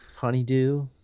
honeydew